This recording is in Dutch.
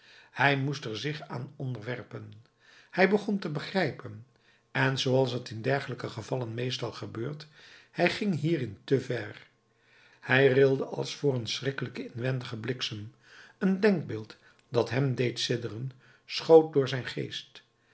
hij moest er zich aan onderwerpen hij begon te begrijpen en zooals t in dergelijke gevallen meestal gebeurt hij ging hierin te ver hij rilde als voor een schrikkelijken inwendigen bliksem een denkbeeld dat hem deed sidderen schoot door zijn geest